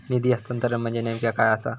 निधी हस्तांतरण म्हणजे नेमक्या काय आसा?